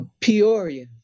Peoria